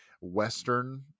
western